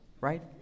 right